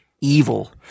evil